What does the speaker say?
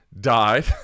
Died